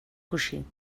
coixí